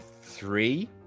three